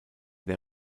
der